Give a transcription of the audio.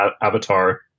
avatar